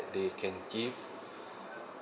they can give